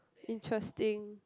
interesting